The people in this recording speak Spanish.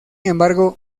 embargo